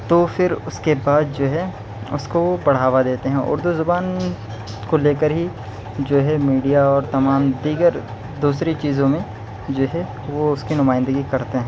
تو پھر اس کے بعد جو ہے اس کو بڑھاوا دیتے ہیں اردو زبان کو لے کر ہی جو ہے میڈیا اور تمام دیگر دوسری چیزوں میں جو ہے وہ اس کی نمائندگی کرتے ہیں